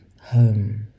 home